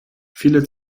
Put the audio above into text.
viele